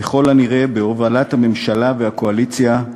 ככל הנראה בהובלת הממשלה והקואליציה,